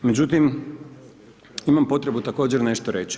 Međutim, imam potrebu također nešto reći.